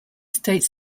states